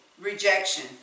rejection